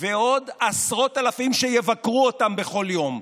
ועוד עשרות אלפים שיבקרו אותם בכל יום,